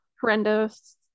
horrendous